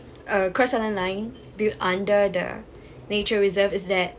a cross island line built under the nature reserve is that